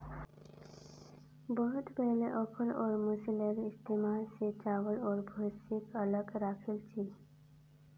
बहुत पहले ओखल और मूसलेर इस्तमाल स चावल आर भूसीक अलग राख छिल की